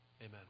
Amen